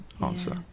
answer